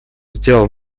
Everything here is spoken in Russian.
сделал